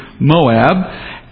moab